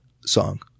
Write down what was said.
song